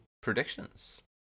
predictions